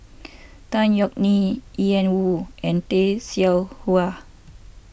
Tan Yeok Nee Ian Woo and Tay Seow Huah